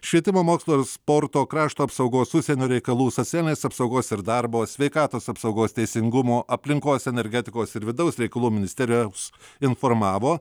švietimo mokslo ir sporto krašto apsaugos užsienio reikalų socialinės apsaugos ir darbo sveikatos apsaugos teisingumo aplinkos energetikos ir vidaus reikalų ministerijos informavo